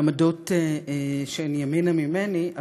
של עמדות שהן ימינה ממני,